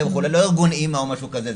וכו' וכו' לא ארגון אימא או משהו כזה.